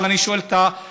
אבל אני שואל את השר: